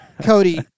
Cody